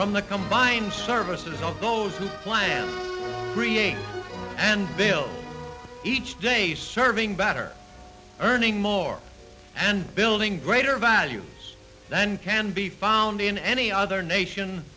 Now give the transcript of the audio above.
from the combined services of those who plan create and build each day serving better earning more and building greater value than can be found in any other nation